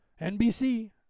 NBC